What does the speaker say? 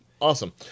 Awesome